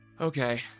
Okay